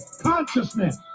consciousness